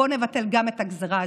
בואו נבטל גם את הגזרה הזאת,